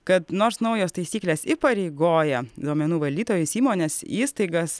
kad nors naujos taisyklės įpareigoja duomenų valdytojus įmones įstaigas